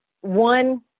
one